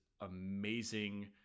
amazing